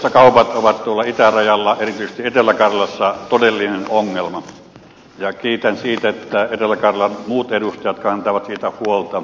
kiinteistökaupat ovat tuolla itärajalla erityisesti etelä karjalassa todellinen ongelma ja kiitän siitä että etelä karjalan muut edustajat kantavat siitä huolta